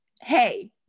hey